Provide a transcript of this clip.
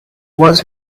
was